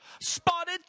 spotted